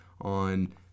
on